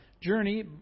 journey